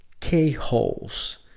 K-holes